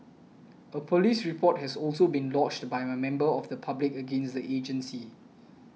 a police report has also been lodged by a member of the public against the agency